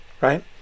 right